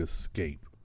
Escape